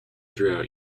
throughout